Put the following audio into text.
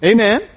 Amen